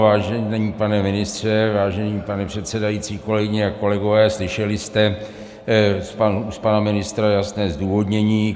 Vážený pane ministře, vážený pane předsedající, kolegyně a kolegové, slyšeli jste z ústa pana ministra jasné zdůvodnění.